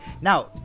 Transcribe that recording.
Now